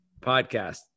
podcast